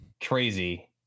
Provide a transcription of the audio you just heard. crazy